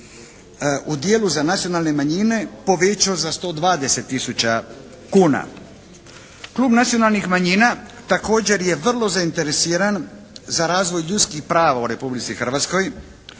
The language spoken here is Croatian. u dijelu za nacionalne manjine povećao za 120 tisuća kuna. Klub nacionalnih manjina također je vrlo zainteresiran za razvoj ljudskih prava u Republici Hrvatskoj,